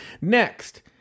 next